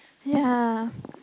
ya